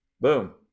Boom